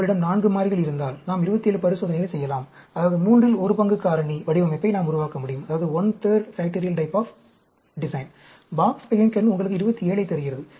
உங்களிடம் 4 மாறிகள் இருந்தால் நாம் 27 பரிசோதனைகளை செய்யலாம் அதாவது மூன்றில் ஒரு பங்கு காரணி வடிவமைப்பை நாம் உருவாக்க முடியும் பாக்ஸ் பெஹன்கென் உங்களுக்கு 27 யை தருகிறது